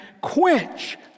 quench